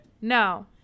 No